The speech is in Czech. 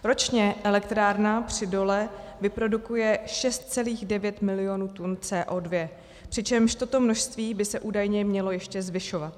Ročně elektrárna při dole vyprodukuje 6,9 milionu tun CO2, přičemž toto množství by se údajně mělo ještě zvyšovat.